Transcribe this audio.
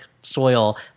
soil